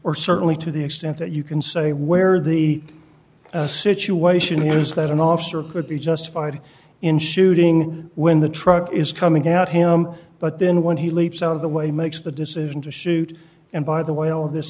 or certainly to the extent that you can say where the situation is that an officer could be justified in shooting when the truck is coming out him but then when he leaps out of the way makes the decision to shoot and by the way all of this